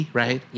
right